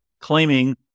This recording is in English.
claiming